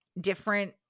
different